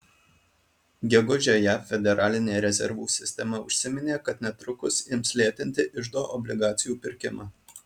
gegužę jav federalinė rezervų sistema užsiminė kad netrukus ims lėtinti iždo obligacijų pirkimą